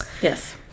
Yes